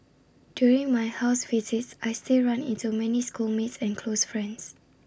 during my house visits I still run into many schoolmates and close friends